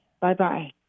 Bye-bye